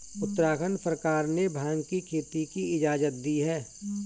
उत्तराखंड सरकार ने भाँग की खेती की इजाजत दी है